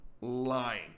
lying